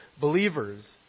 believers